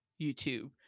YouTube